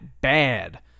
bad